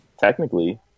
Technically